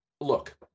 look